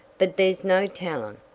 but there's no tellin'.